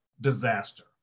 disaster